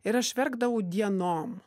ir aš verkdavau dienom